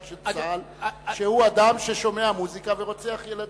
של צה"ל שהוא אדם ששומע מוזיקה ורוצח ילדים.